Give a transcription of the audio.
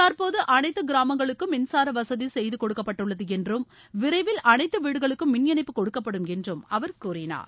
தற்போது அனைத்து கிராமங்களுக்கும் மின்சார வசதி செய்துக்கொடுக்கப்பட்டுள்ளது என்றும் விரைவில் அனைத்து வீடுகளுக்கும் மின் இணைப்பு கொடுக்கப்படும் என்றும் அவர் கூறினார்